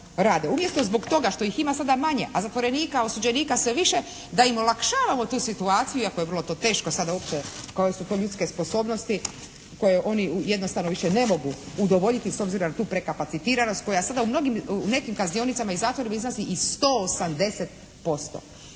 rade. Umjesto zbog toga što ih ima sada manje, a zatvorenika, osuđenika sve više da im olakšavamo tu situaciju iako je vrlo to teško sada uopće koje su to ljudske sposobnosti koje oni jednostavno više ne mogu udovoljiti s obzirom na tu prekapacitiranost koja sada u mnogim, u nekim kaznionicama i zatvorima iznosi i 180%.